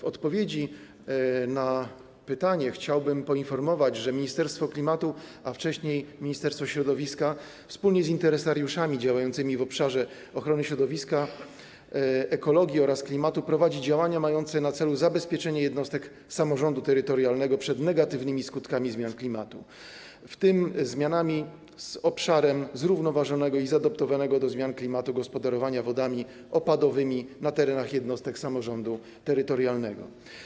W odpowiedzi na pytanie chciałbym poinformować, że Ministerstwo Klimatu, a wcześniej Ministerstwo Środowiska, wspólnie z interesariuszami działającymi w obszarze ochrony środowiska, ekologii oraz klimatu prowadzi działania mające na celu zabezpieczenie jednostek samorządu terytorialnego przed negatywnymi skutkami zmian klimatu, w tym przed zmianami dotyczącymi obszaru zrównoważonego i zaadoptowanego do zmian klimatu gospodarowania wodami opadowymi na terenach jednostek samorządu terytorialnego.